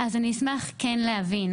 אז אני אשמח כן להבין